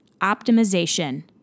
optimization